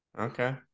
Okay